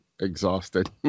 exhausted